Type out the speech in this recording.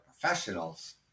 professionals